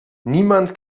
niemand